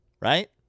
right